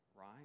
right